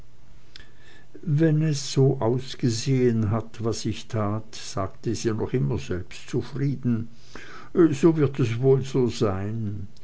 wenn es so ausgesehen hat was ich tat sagte sie noch immer selbstzufrieden so wird es wohl so sein